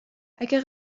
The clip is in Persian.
اگه